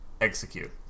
Execute